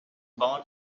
born